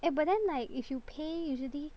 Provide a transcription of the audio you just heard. eh but then like if you pay usually